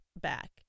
back